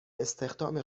استخدام